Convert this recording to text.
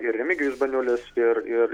ir remigijus baniulis ir ir